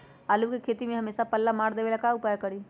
आलू के खेती में हमेसा पल्ला मार देवे ला का उपाय करी?